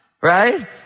Right